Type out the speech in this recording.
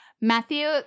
Matthew